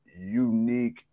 unique